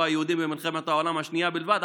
היהודים במלחמת העולם השנייה בלבד,